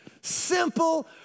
Simple